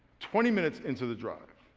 twenty minutes into the drive,